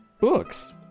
Books